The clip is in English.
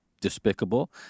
despicable